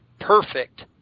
perfect